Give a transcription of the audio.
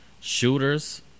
shooters